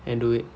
and do it